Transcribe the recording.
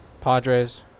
Padres